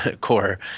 core